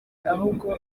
ahubwo